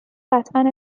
قطعا